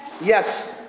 Yes